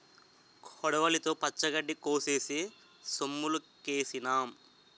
కొడవలితో పచ్చగడ్డి కోసేసి సొమ్ములుకేసినాం